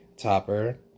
Topper